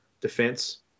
defense